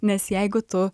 nes jeigu tu